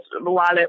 wallet